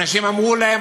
אנשים אמרו להם,